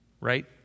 Right